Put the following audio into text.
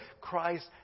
Christ